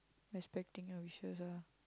respecting your wishes ah